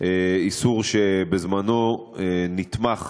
איסור שבזמנו נתמך